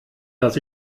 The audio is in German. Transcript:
dass